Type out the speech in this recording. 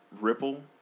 Ripple